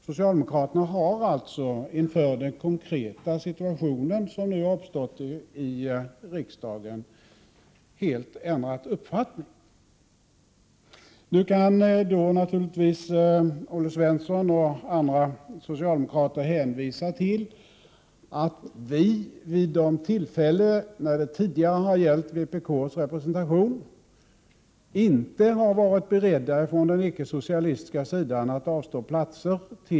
Socialdemokraterna har alltså inför den konkreta situation som nu uppstått i riksdagen helt ändrat uppfattning. skott Olle Svensson och andra socialdemokrater kan naturligtvis hänvisa till att vi från den icke-socialistiska sidan vid tidigare tillfällen då det gällt vpk:s representation inte har varit beredda att avstå platser.